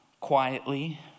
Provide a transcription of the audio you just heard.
quietly